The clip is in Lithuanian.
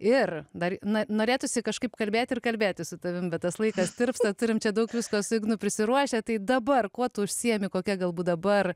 ir dar na norėtųsi kažkaip kalbėti ir kalbėti su tavim bet tas laikas tirpsta turim čia daug visko su ignu prisiruošę tai dabar kuo tu užsiimi kokia galbūt dabar